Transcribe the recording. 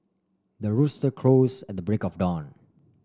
the rooster crows at the break of dawn